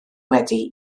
wedi